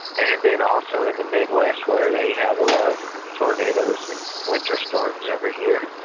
and then also in the midwest where they have a lot of tornadoes and winter storms every year.